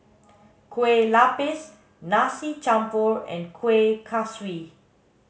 kueh lapis nasi campur and kueh kaswi